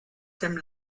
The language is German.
dem